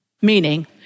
meaning